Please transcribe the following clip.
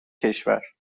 کشور